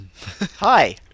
Hi